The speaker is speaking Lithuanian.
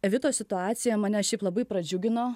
evitos situacija mane šiaip labai pradžiugino